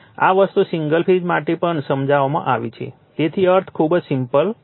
આ વસ્તુ single phase માટે પણ સમજાવવામાં આવી છે તેથી અર્થ ખૂબ જ સિમ્પલ છે